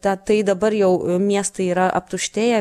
tą tai dabar jau miestai yra aptuštėję